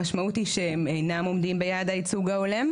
המשמעות היא שהם אינם עומדים ביעד הייצוג ההולם,